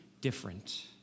different